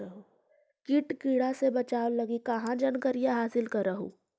किट किड़ा से बचाब लगी कहा जानकारीया हासिल कर हू?